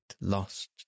lost